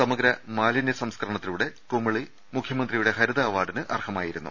സമഗ്ര മാലിന്യ സംസ്കരണത്തിലൂടെ കുമളി മുഖ്യമന്ത്രിയുടെ ഹരിത അവാർഡിന് അർഹമായിരുന്നു